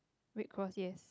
red cross yes